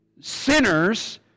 sinners